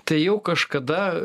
tai jau kažkada